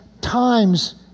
times